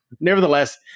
Nevertheless